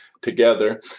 together